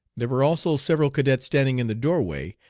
there were also several cadets standing in the doorway,